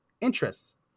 interests